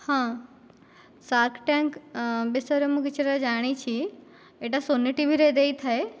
ହଁ shark tank ବିଷୟରେ ମୁଁ କିଛିଟା ଜାଣିଛି ଏଇଟା ସୋନି ଟିଭିରେ ଦେଇଥାଏ